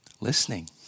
listening